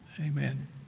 Amen